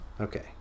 Okay